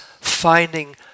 finding